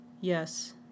yes